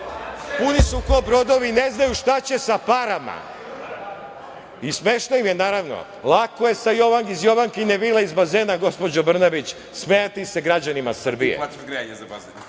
puni su kao brodovi, ne znaju šta će sa parama i smešno vam je naravno. Lako je iz Jovankine vile, iz bazena gospođo Brnabić smejati se građanima Srbije